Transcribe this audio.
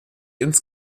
ins